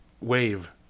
wave